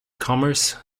commerce